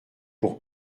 pour